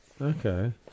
Okay